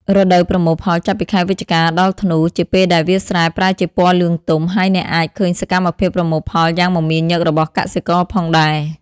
រដូវប្រមូលផលចាប់ពីខែវិច្ឆិកា ដល់ធ្នូ ជាពេលដែលវាលស្រែប្រែជាពណ៌លឿងទុំ ហើយអ្នកអាចឃើញសកម្មភាពប្រមូលផលយ៉ាងមមាញឹករបស់កសិករផងដែរ ។